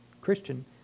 Christian